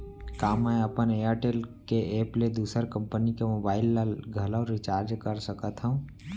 का मैं अपन एयरटेल के एप ले दूसर कंपनी के मोबाइल ला घलव रिचार्ज कर सकत हव?